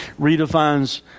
redefines